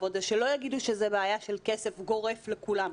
שלא יגידו שזאת בעיה של כסף גורף לכולם.